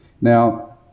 now